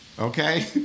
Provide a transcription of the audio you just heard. Okay